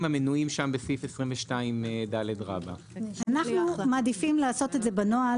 המנויים שם בסעיף 22ד. אנחנו מעדיפים לעשות זה בנוהל.